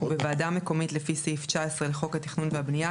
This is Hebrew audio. ובוועדה מקומית לפי סעיף 19 לחוק התכנון והבנייה,